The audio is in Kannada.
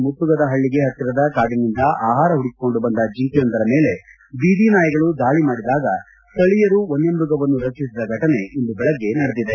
ಮುತ್ತುಕದಪಳ್ಳಿಗೆ ಪತ್ತಿರದ ಕಾಡಿನಿಂದ ಆಪಾರ ಹುಡುಕಿೊಂಡು ಬಂದ ಜಿಂಕೆಯೊಂದರ ಮೇಲೆ ಬೀದಿನಾಯಿಗಳು ದಾಳಿ ಮಾಡಿದಾಗ ಸ್ಥಳೀಯರು ವನ್ಯಮ್ಯಗವನ್ನು ರಕ್ಷಿಸಿದ ಘಟನೆ ಇಂದು ಬೆಳಗ್ಗೆ ನಡೆದಿದೆ